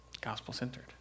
gospel-centered